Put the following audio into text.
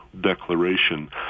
declaration